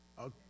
Okay